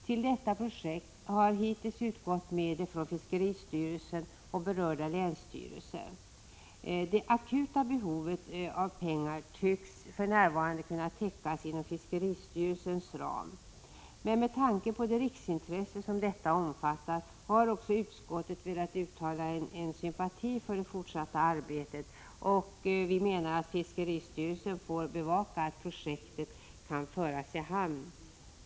Till detta projekt har hittills utgått medel från fiskeristyrelsen och berörda länsstyrelser. Det akuta behovet av pengar tycks för närvarande kunna täckas inom fiskeristyrelsens ram. Med tanke på det riksintresse som projektet omfattar har utskottet velat uttala sympati för det fortsatta arbetet och menar att fiskeristyrelsen får bevaka att projektet kan föras i hamn.